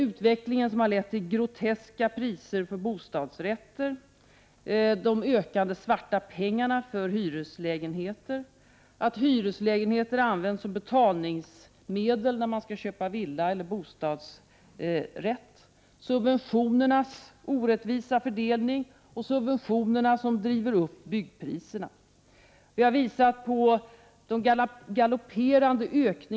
Utvecklingen har lett till groteska priser på bostadsrätter. Svarta pengar förekommer alltmer när det gäller hyreslägenheter. Hyreslä genheter används dessutom som betalningsmedel vid köp av villa eller bostadsrätt. Vidare handlar det om den orättvisa fördelningen i vad gäller subventionerna. Subventionerna driver upp byggpriserna. Vi har också visat att subventionerna ökar i galopperande fart.